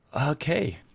okay